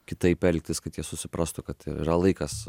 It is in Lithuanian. kitaip elgtis kad jie susiprastų kad yra laikas